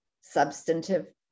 substantive